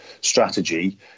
strategy